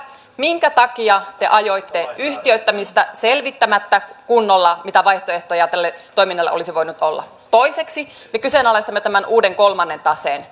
minkä takia te ajoitte yhtiöittämistä selvittämättä kunnolla mitä vaihtoehtoja tälle toiminnalle olisi voinut olla toiseksi me kyseenalaistamme tämän uuden kolmannen taseen